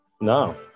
No